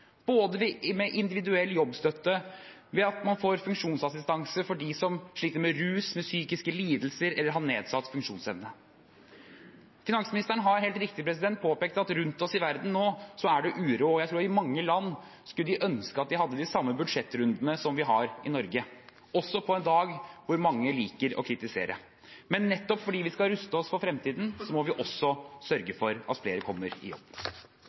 ved individuell jobbstøtte, ved at man får funksjonsassistanse for dem som sliter med rus, psykiske lidelser eller nedsatt funksjonsevne. Finansministeren har helt riktig påpekt at det rundt oss i verden nå er uro. Jeg tror at i mange land skulle de ønske at de hadde de samme budsjettrundene som vi har i Norge, også på en dag hvor mange liker å kritisere. Men nettopp fordi vi skal ruste oss for fremtiden, må vi også sørge for at flere kommer i jobb.